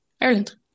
Ireland